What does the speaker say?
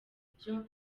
ibyo